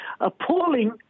appalling